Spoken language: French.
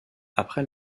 après